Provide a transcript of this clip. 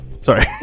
sorry